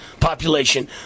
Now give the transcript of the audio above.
population